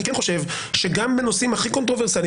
אני כן חושב שגם בנושאים הכי קונטרוברסליים